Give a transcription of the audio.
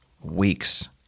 weeks